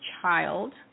child